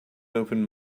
open